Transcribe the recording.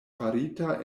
farita